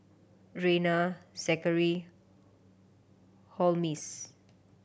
Reyna Zachary Holmes